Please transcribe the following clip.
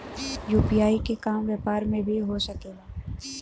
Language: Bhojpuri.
यू.पी.आई के काम व्यापार में भी हो सके ला?